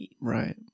right